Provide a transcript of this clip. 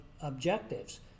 objectives